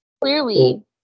Clearly